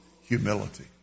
humility